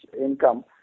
income